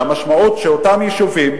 והמשמעות, שאותם יישובים,